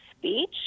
speech